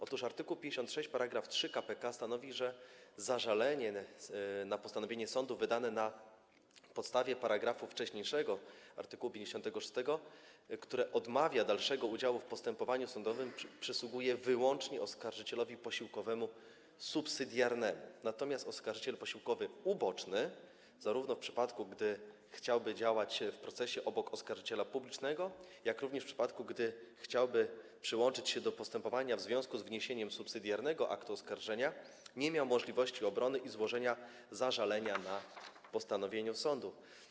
Otóż art. 56 § 3 k.p.k. stanowi, że zażalenie na postanowienie sądu wydane na podstawie wcześniejszego paragrafu art. 56, w którym odmawia się dalszego udziału w postępowaniu sądowym, przysługuje wyłącznie oskarżycielowi posiłkowemu subsydiarnemu, natomiast oskarżyciel posiłkowy uboczny, zarówno w przypadku, gdy chciałby działać w procesie obok oskarżyciela publicznego, jak również w przypadku, gdy chciałby przyłączyć się do postępowania w związku z wniesieniem subsydiarnego aktu oskarżenia, nie miał możliwości obrony i złożenia zażalenia na postanowienie sądu.